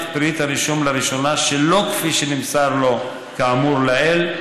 פריט הרישום לראשונה שלא כפי שנמסר לו כאמור לעיל,